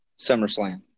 SummerSlam